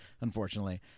unfortunately